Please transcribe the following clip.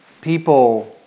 people